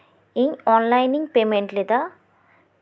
ᱤᱧ ᱚᱱᱞᱟᱭᱤᱱ ᱤᱧ ᱯᱮᱢᱮᱱᱴ ᱞᱮᱫᱟ